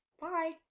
Bye